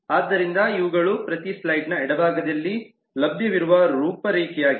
ಆದ್ದರಿಂದ ಇವುಗಳು ಪ್ರತಿ ಸ್ಲೈಡ್ನ ಎಡಭಾಗದಲ್ಲಿ ಲಭ್ಯವಿರುವ ರೂಪರೇಖೆಯಾಗಿದೆ